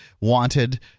wanted